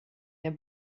der